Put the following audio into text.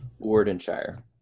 Wardenshire